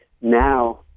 now